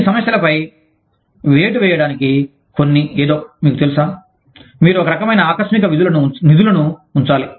ఈ సమస్యలపై వేటు వేయడానికి కొన్ని ఏదో మీకు తెలుసా మీరు ఒకరకమైన ఆకస్మిక నిధులను ఉంచాలి